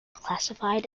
classified